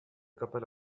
couple